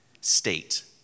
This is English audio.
state